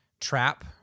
trap